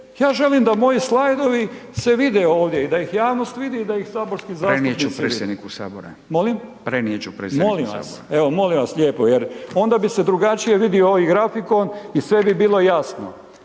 Ja želim da moji slajdovi se vide ovdje i da ih javnost vidi i da ih saborski zastupnici .../Upadica: Prenijet ću predsjedniku Sabora./... Molim? .../Upadica: Prenijet ću predsjedniku Sabora./... Molim vas. Evo, molim vas lijepo jer onda bi se drugačije vidio ovaj grafikon i sve bi bilo jasno.